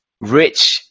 Rich